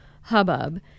hubbub